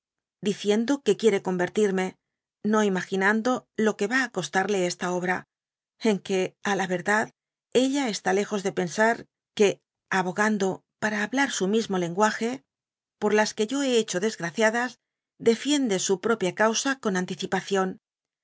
diciendo que quiere convertirme no imaginando lo que va á costarle esta obra en que á la verdad ella está lejos de pensar que abogando para hablar su mismo lenguage por dby google las que yo ké hecho deegraciadas defiende sa propia causa con antícipacion